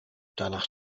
danach